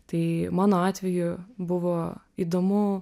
tai mano atveju buvo įdomu